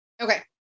Okay